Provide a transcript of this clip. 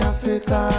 Africa